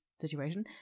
situation